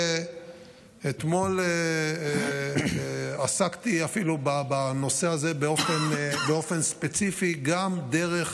אתמול עסקתי אפילו בנושא הזה באופן ספציפי, גם דרך